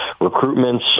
recruitments